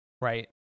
Right